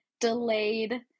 delayed